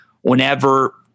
Whenever